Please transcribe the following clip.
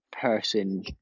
person